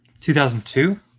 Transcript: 2002